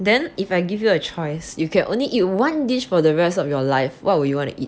then if I give you a choice you can only eat one dish for the rest of your life what you want to eat